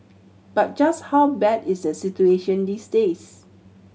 but just how bad is the situation these days